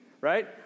right